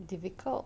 difficult